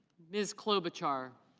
ms. clover chart.